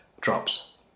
drops